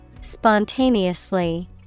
Spontaneously